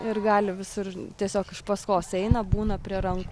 ir gali visur tiesiog iš paskos eina būna prie rankų